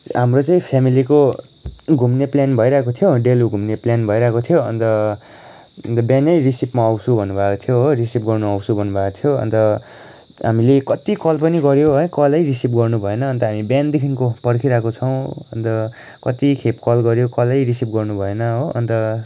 हाम्रो चाहिँ फेमिलिको घुम्ने प्लान भइरहेको थियो डेलो घुम्ने प्लान भइरहेको थियो अन्त बिहानै रिसिभमा आउँछु भन्नुभएको थियो हो रिसिभ गर्नु आउँछु भन्नुभएको थियो अन्त हामीले कति कल पनि गऱ्यौँ है कलै रिसिभ गर्नुभएन अन्त हामी बिहानदेखिको पर्खिरहेको छौँ अन्त कति खेप कल गऱ्यौँ कलै रिसिभ गर्नुभएन हो अन्त